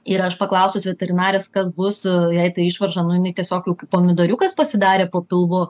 ir aš paklausus veterinarės kas bus jei ta išvarža nu jinai tiesiog jau kaip pomidoriukas pasidarė po pilvu